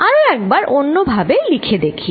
আরো একবার অন্যভাবে লিখে দেখি